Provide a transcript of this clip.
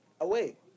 Away